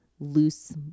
loose